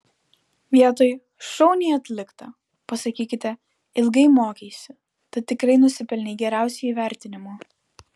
vietoj šauniai atlikta pasakykite ilgai mokeisi tad tikrai nusipelnei geriausio įvertinimo